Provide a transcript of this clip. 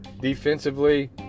defensively